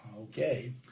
Okay